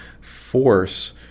force